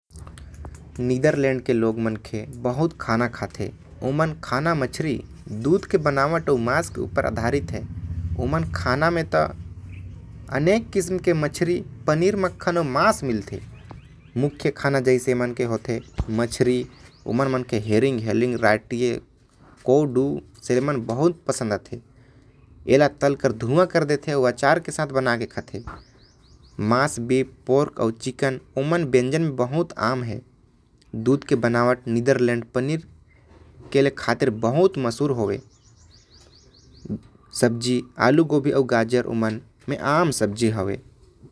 नीदरलैंड के खाना मांस मछरी अउ दुध म आधारित हवे। अनेक किस्म के मछरी मांस अउ पनीर यहा मिलथे। एमन के प्रमुख मछली हवे सैलमन कोडो जैसा मन ल तल के या भुंज के खाथे। बीफ अउ पोर्क ओमन के खाना म बहुते आम हवे। पनीर के लिए नीदरलैंड मशहूर हवे।